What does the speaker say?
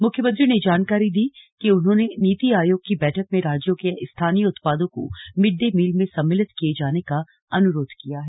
मुख्यमंत्री ने जानकारी दी कि उन्होंने नीति आयोग की बैठक में राज्यों के स्थानीय उत्पादों को मिड डे मील में सम्मिलित किये जाने का अनुरोध किया है